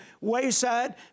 wayside